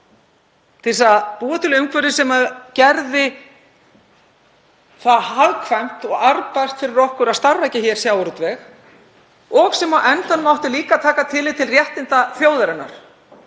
þess að búa til umhverfi sem gerði það hagkvæmt og arðbært fyrir okkur að starfrækja hér sjávarútveg og sem á endanum átti líka taka tillit til réttinda þjóðarinnar.